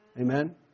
Amen